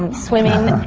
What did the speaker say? and swimming,